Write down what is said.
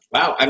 Wow